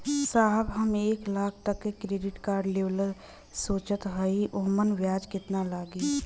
साहब हम एक लाख तक क क्रेडिट कार्ड लेवल सोचत हई ओमन ब्याज कितना लागि?